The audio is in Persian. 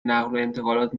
نقلوانتقالات